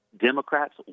Democrats